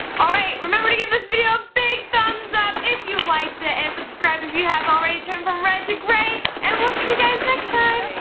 alright, remember to give this video a big thumbs up if you liked it and subscribe if you haven't already, turn it from red to gray and we'll see you guys next time,